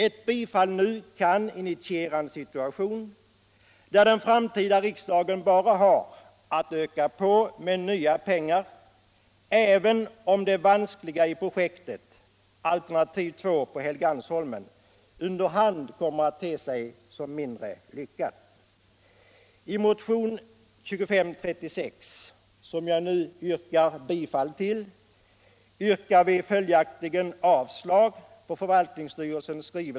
Ett bifall nu kan initiera en situation där den framtida riksdagen bara har att öka på med nya pengar, även om det vanskliga i projektet alternativ 2 på Helgeandsholmen under hand kommer att te sig som mindre lyckat.